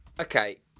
Okay